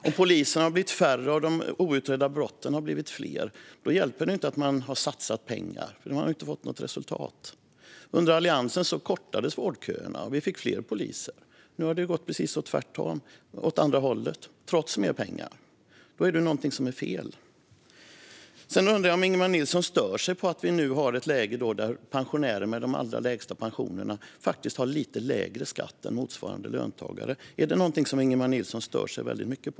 Om poliserna har blivit färre och de outredda brotten har blivit fler hjälper det inte att man har satsat pengar, för man har inte fått något resultat. Under Alliansen kortades vårdköerna och vi fick fler poliser. Nu har det gått åt precis andra hållet, trots mer pengar. Då är det någonting som är fel. Jag undrar om Ingemar Nilsson stör sig på att vi nu har ett läge där pensionärer med de allra lägsta pensionerna faktiskt har lite lägre skatt än motsvarande löntagare. Är det någonting som Ingemar Nilsson stör sig väldigt mycket på?